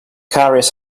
carriers